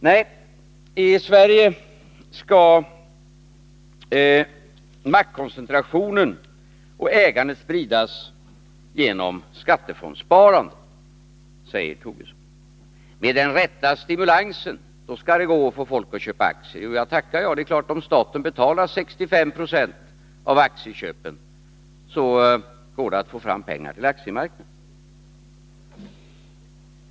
Nej, i Sverige skall maktkoncentrationen och ägandet spridas genom skattefondssparande, säger Lars Tobisson. Med den rätta stimulansen skall det gå att få folk att köpa aktier. Jo, jag tackar jag! Det är klart att om staten betalar 65 Jo av aktieköpen, så går det att få fram pengar till aktiemarknaden.